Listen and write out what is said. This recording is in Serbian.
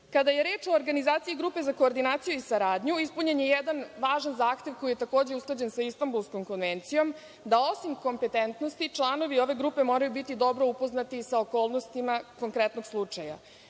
mera? Kada je reč o organizaciji grupe za koordinaciju i saradnju, ispunjen je jedan važan zahtev koji je takođe usklađen sa Istambulskom konvencijom, osim kompetentnosti članovi ove grupe moraju biti dobro upoznati i sa okolnostima konkretnog slučaja.Međutim,